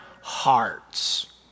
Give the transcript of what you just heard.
hearts